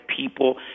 people